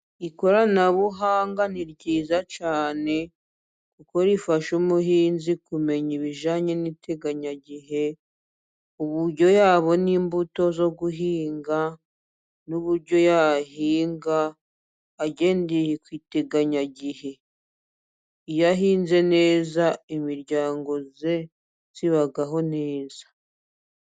Ikoranabuhanga ni ryiza cyane kuko rifasha umuhinzi kumenya ibijyanye n'iteganyagihe uburyo yabona imbuto zo guhinga, n'uburyo yahinga agendeye ku iteganyagihe iyo ahinze neza imiryango ye ibaho neza.